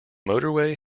motorway